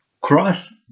cross